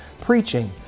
preaching